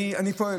אני פועל,